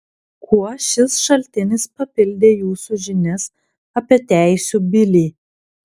kuo šis šaltinis papildė jūsų žinias apie teisių bilį